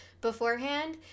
beforehand